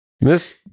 miss